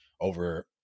over